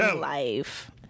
life